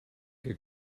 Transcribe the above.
que